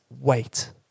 wait